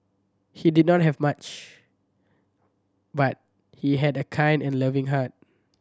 he did not have much but he had a kind and loving heart